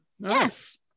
Yes